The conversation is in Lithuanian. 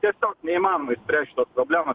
tiesiog neįmanoma išspręst šitos problemos